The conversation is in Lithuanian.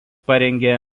parengė